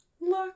look